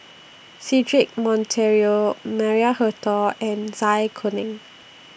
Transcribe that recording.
Cedric Monteiro Maria Hertogh and Zai Kuning